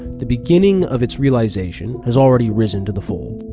the beginning of its realization has already risen to the fold.